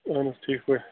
اَہَن حظ ٹھیٖک پٲٹھۍ